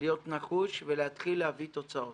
להיות נחוש ולהתחיל להביא תוצאות.